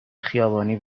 خیابانی